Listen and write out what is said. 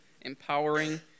empowering